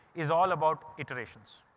is all about iterations.